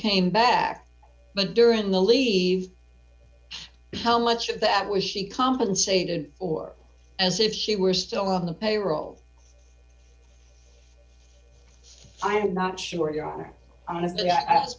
came back but during the leave how much of that was she compensated or as if she were still on the payroll i'm not sure your honor honestly i asked